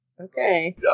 Okay